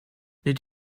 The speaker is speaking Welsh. nid